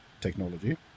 technology